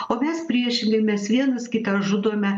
o mes priešinamės vienas kitą žudome